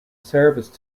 service